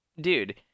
dude